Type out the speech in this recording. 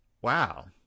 wow